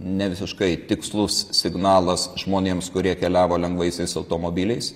nevisiškai tikslus signalas žmonėms kurie keliavo lengvaisiais automobiliais